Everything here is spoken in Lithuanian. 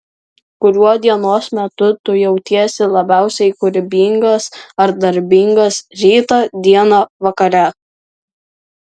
kuriuo dienos metu tu jautiesi labiausiai kūrybingas ar darbingas rytą dieną vakare